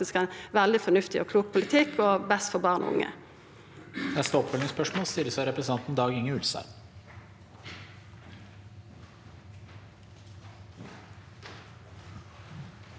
det er faktisk ein veldig fornuftig og klok politikk og best for barn og unge.